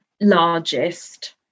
largest